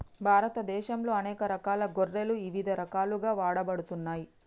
భారతదేశంలో అనేక రకాల గొర్రెలు ఇవిధ రకాలుగా వాడబడుతున్నాయి